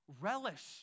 relish